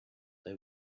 they